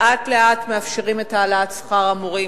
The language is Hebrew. לאט-לאט מאפשרים את העלאת שכר המורים,